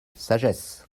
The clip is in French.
sagesse